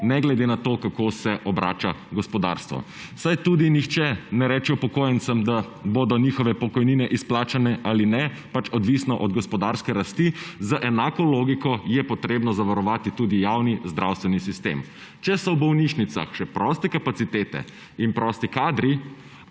ne glede na to, kako se obrača gospodarstvo. Saj tudi nihče ne reče upokojencem, da bodo njihove pokojnin izplačane ali ne, pač odvisno od gospodarske rasti. Z enako logiko je potrebno zavarovati tudi javni zdravstveni sistem. Če so v bolnišnicah še proste kapacitete in prosti kadri